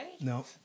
No